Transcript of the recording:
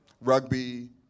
Rugby